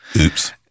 Oops